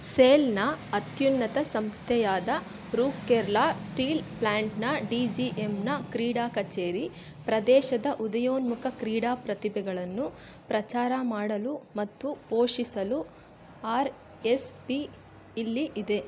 ಸೇಲ್ನ ಅತ್ಯುನ್ನತ ಸಂಸ್ಥೆಯಾದ ರೂರ್ಕೆಲಾ ಸ್ಟೀಲ್ ಪ್ಲಾಂಟ್ನ ಡಿ ಜಿ ಎಮ್ನ ಕ್ರೀಡಾ ಕಚೇರಿ ಪ್ರದೇಶದ ಉದಯೋನ್ಮುಖ ಕ್ರೀಡಾ ಪ್ರತಿಭೆಗಳನ್ನು ಪ್ರಚಾರ ಮಾಡಲು ಮತ್ತು ಪೋಷಿಸಲು ಆರ್ ಎಸ್ ಪಿ ಇಲ್ಲಿ ಇದೆ